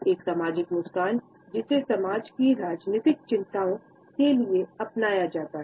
एक सामाजिक मुस्कान जिसे समाज की राजनीतिक चिंताओं के लिए अपनाया जाता है